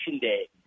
Day